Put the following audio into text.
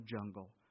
jungle